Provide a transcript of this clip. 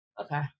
Okay